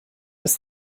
des